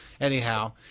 Anyhow